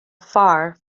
far